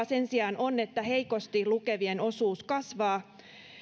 sen sijaan on että heikosti lukevien osuus kasvaa